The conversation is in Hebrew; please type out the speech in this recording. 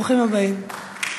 ברוכים הבאים.